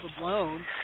overblown